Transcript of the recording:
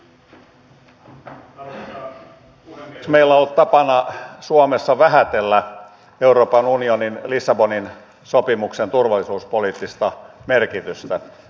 meillä on ollut tapana suomessa vähätellä euroopan unionin lissabonin sopimuksen turvallisuuspoliittista merkitystä